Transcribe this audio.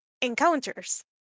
encounters